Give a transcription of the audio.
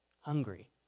hungry